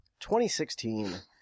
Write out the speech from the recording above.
2016